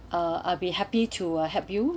uh I'll be happy to help you